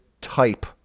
type